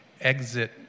exit